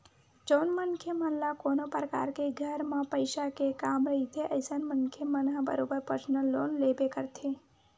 जउन मनखे मन ल कोनो परकार के घर म पइसा के काम रहिथे अइसन मनखे मन ह बरोबर परसनल लोन लेबे करथे